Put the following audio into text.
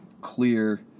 clear